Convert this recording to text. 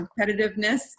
competitiveness